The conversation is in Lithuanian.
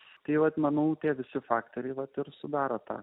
skirti manau tie visi faktoriai vat ir sudaro tą